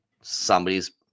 somebody's –